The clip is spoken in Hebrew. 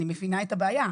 אני מבינה את הבעיה,